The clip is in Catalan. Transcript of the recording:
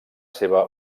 seva